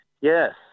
Yes